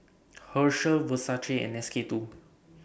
Herschel Versace and S K two